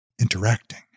interacting